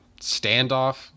standoff